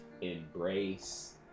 embrace